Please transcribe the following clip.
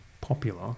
popular